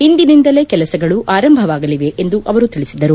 ಇಂದಿನಿಂದಲೇ ಕೆಲಸಗಳು ಆರಂಭವಾಗಲಿವೆ ಎಂದು ಅವರು ತಿಳಿಸಿದರು